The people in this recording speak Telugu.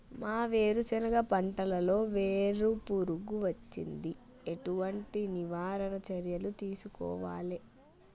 మా వేరుశెనగ పంటలలో వేరు పురుగు వచ్చింది? ఎటువంటి నివారణ చర్యలు తీసుకోవాలే?